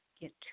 get